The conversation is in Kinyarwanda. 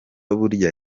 burya